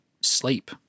sleep